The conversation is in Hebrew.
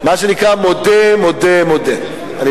מה שנקרא: מודה, מודה, מודה.